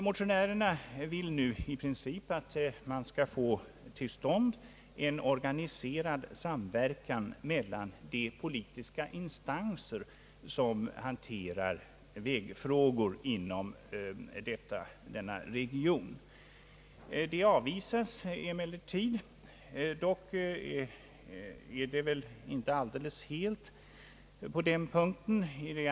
Motionärerna vill i princip att en organiserad samverkan skall komma till stånd mellan de politiska instanser som handlägger vägfrågor inom denna region. Förslaget avvisas emellertid; dock är det inte helt klara avstyrkanden på den punkten.